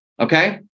Okay